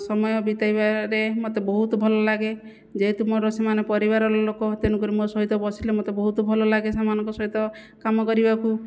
ସମୟ ବିତାଇବାରେ ମୋତେ ବହୁତ ଭଲ ଲାଗେ ଯେହେତୁ ମୋ'ର ସେମାନେ ପରିବାରର ଲୋକ ତେଣୁକରି ମୋ' ସହିତ ବସିଲେ ମୋତେ ବହୁତ ଭଲ ଲାଗେ ସେମାନଙ୍କ ସହିତ କାମ କରିବାକୁ